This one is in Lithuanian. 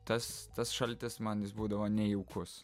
tas tas šaltis man jis būdavo nejaukus